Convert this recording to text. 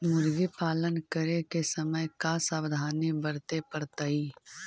मुर्गी पालन करे के समय का सावधानी वर्तें पड़तई?